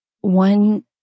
One